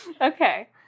Okay